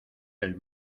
del